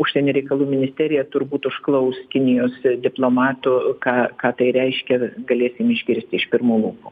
užsienio reikalų ministerija turbūt užklaus kinijos diplomatų ką ką tai reiškia galėsim išgirsti iš pirmų lūpų